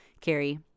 Carrie